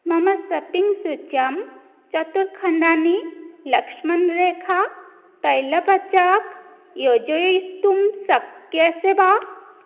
मम सपिङ्ग् सूच्यां चतुर् खण्डानि लक्ष्मणरेखां तैलपचाक् योजयितुं शक्यसे वा